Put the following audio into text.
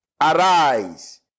Arise